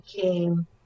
came